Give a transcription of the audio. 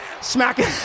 smacking